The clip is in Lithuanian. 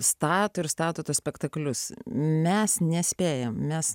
stato ir statote spektaklius mes nespėjame mes